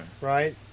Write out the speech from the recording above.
Right